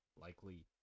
Likely